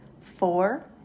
Four